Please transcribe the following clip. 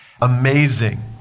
Amazing